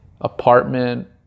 apartment